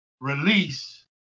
release